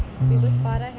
mm